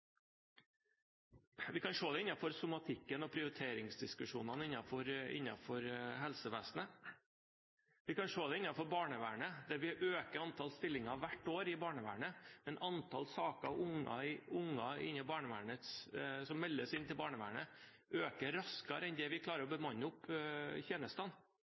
Vi kan se det innenfor somatikken og på prioriteringsdiskusjonene innenfor helsevesenet. Vi kan se det innenfor barnevernet, der vi øker antall stillinger hvert år. Men antall saker som meldes inn til barnevernet, øker raskere enn vi klarer å bemanne tjenestene.